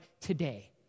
today